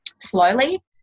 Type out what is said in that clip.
slowly